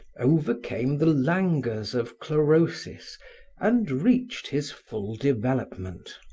overcame the languors of chlorosis and reached his full development.